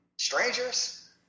Strangers